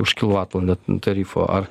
už kilovatvalandę tarifo ar